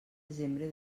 desembre